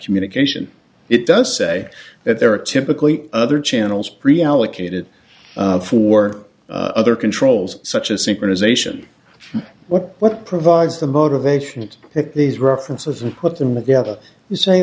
communication it does say that there are typically other channels pre allocated for other controls such as synchronization what what provides the motivation to pick these references and put them together you say